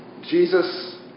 Jesus